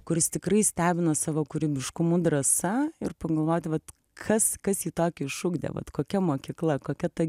kuris tikrai stebina savo kūrybiškumu drąsa ir pagalvoti vat kas kas jį tokį išugdė vat kokia mokykla kokia ta